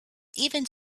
even